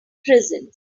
prisons